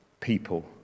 people